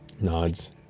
nods